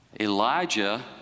Elijah